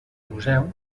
museu